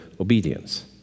obedience